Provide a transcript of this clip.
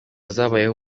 zabayeho